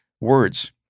words